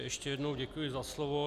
Ještě jednou děkuji za slovo.